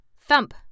thump